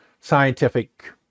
scientific